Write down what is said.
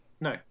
no